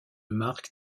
marque